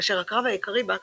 אשר הקרב העיקרי בה,